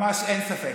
ממש אין ספק,